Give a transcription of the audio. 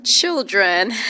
children